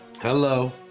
Hello